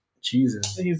Jesus